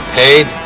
paid